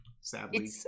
sadly